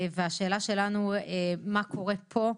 והשאלה שלנו מה קורה פה?